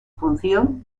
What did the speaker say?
función